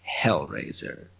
Hellraiser